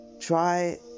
try